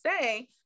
say